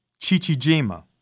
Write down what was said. Chichijima